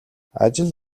ажил